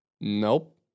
Nope